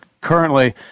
Currently